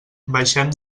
baixem